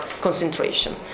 concentration